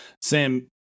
sam